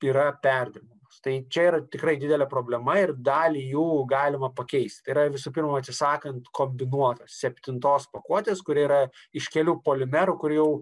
yra perdirbamos tai čia yra tikrai didelė problema ir dalį jų galima pakeist tai yra visų pirma atsisakant kombinuotos septintos pakuotės kuri yra iš kelių polimerų kur jau